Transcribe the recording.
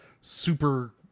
super